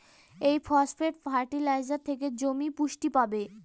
এই phosphate fertiliser থেকে জমি পুষ্টি পাবে